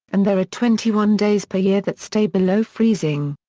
and there are twenty one days per year that stay below freezing.